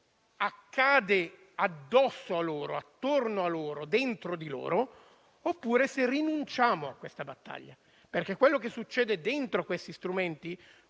accade addosso a loro, attorno a loro, dentro di loro, oppure se rinunciamo a questa battaglia, per quello che succede all'interno di questi strumenti